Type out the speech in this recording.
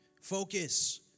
Focus